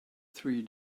three